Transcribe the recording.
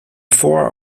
four